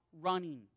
running